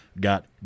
got